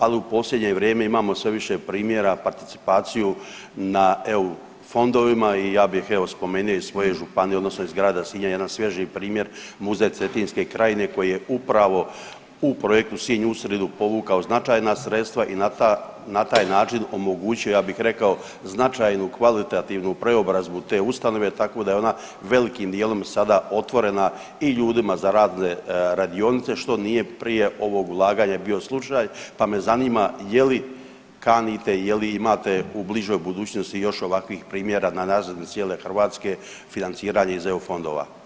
Ali u posljednje vrijeme imamo sve više primjera, participaciju na EU fondovima i ja bih evo spomenuo iz svoje županije, odnosno iz grada Sinja jedan svježi primjer muzej cetinske krajine koji je upravo u projektu „Sinj u sridu“ povukao značajna sredstva i na taj način omogućio ja bih rekao značajnu kvalitativnu preobrazbu te ustanove, tako da je ona velikim dijelom sada otvorena i ljudima za razne radionice što nije prije ovog ulaganja bio slučaj, pa me zanima je li kanite, je li imate u bližoj budućnosti još ovakvih primjera na razini cijele Hrvatske financiranje iz EU fondova.